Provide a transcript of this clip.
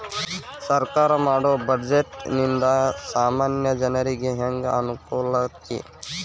ಸರ್ಕಾರಾ ಮಾಡೊ ಬಡ್ಜೆಟ ನಿಂದಾ ಸಾಮಾನ್ಯ ಜನರಿಗೆ ಹೆಂಗ ಅನುಕೂಲಕ್ಕತಿ?